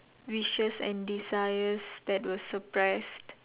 wishes and desires that were suppressed